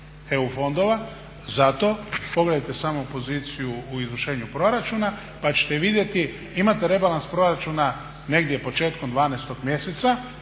EU fondova. Zato pogledajte samo poziciju u izvršenju proračuna, pa ćete vidjeti imate rebalans proračuna negdje početkom 12 mjeseca